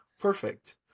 perfect